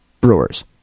brewers